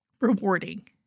rewarding